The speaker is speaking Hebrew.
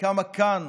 כמה כאן